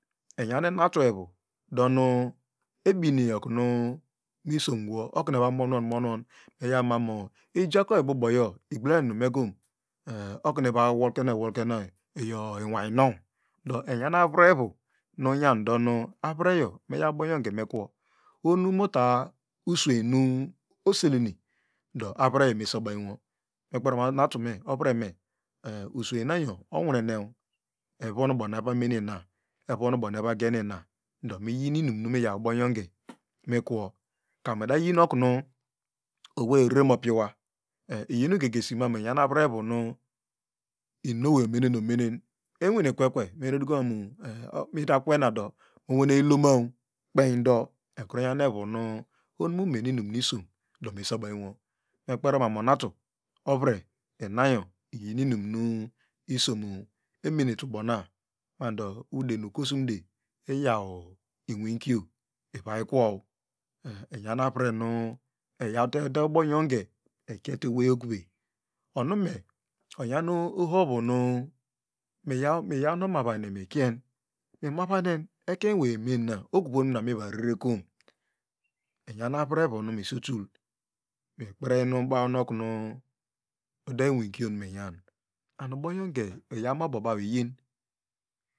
Enyam enatuno do nu ebine okunu misilomgwo eku eva monwon monwon eyamu ijakoyi ububoyo iglamnume kom do ekun eva wolkenoyi wolkenoyi iyo inwannow do enyam arevu nu nyondonu arrego meyaw ubongonge mekwo ohonu uta nu sweinu oselena do avreyo me sabanywo ekperinenimanu enatu ovreme usweynayo onwunerine evon ubona evamene ina evonu bona evogenina do miyinu yaw ubongonge mikwo ka eda yinokru owey orere mopiwa iyi nigegesi manu enuyan arrrvu nu inu owey ornenen omene enwane kwekwe me duka manu ehmita kwena do onwene iloma kpey ndo ekru nyame nu ohonu mumene inum nu isom do me sabongwo ekperinenimanu isimo o emenetu ubona mando ude nu ukosunde iyaw inwikio ivaykwo enyam avrenu eyawte ede abongonge ekiete ewey ok bey onume onyane ohovu mi miyaw no omavahine mikien mimavahine ekay ewey mena okueo mina meva rere kom enyam arevu nu mistul mikprey baw nu okunu ude nwiko minyan and ubongonge iyaw abo baw yin